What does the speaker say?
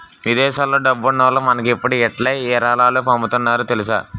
విదేశాల్లో డబ్బున్నోల్లు మనకిప్పుడు ఇట్టే ఇరాలాలు పంపుతున్నారు తెలుసా